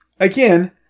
Again